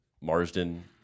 Marsden